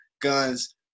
guns